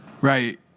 Right